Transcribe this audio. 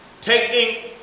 taking